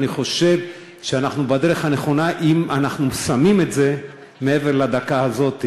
אני חושב שאנחנו בדרך הנכונה אם אנחנו שמים את זה מעבר לדקה הזו.